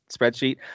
spreadsheet